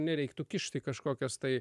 nereiktų kišt į kažkokias tai